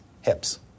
hips